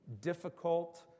difficult